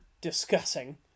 discussing